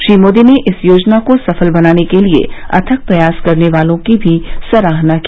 श्री मोदी ने इस योजना को सफल बनाने के लिए अथक प्रयास करने वालों की भी सराहना की